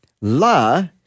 la